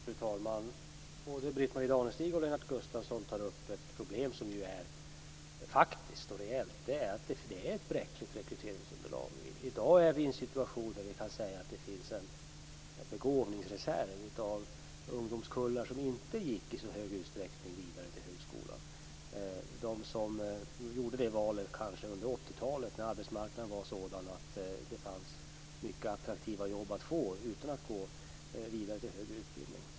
Fru talman! Både Britt-Marie Danestig och Lennart Gustavsson tar upp ett problem som är faktiskt och reellt. Det är ett bräckligt rekryteringsunderlag. I dag befinner vi oss i en situation där vi kan säga att det finns en begåvningsreserv av ungdomskullar som inte i så hög utsträckning gick vidare till högskolan. De gjorde det valet, kanske under 80-talet, när arbetsmarknaden var sådan att det fanns många attraktiva jobb att få utan att gå vidare till högre utbildning.